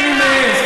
כן, אני מעז.